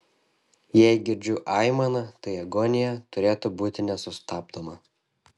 jei girdžiu aimaną tai agonija turėtų būti nesustabdoma